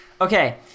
okay